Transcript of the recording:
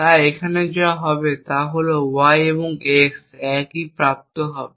তাই এখানে যা হবে তা হল y এবং x একই প্রাপ্ত হবে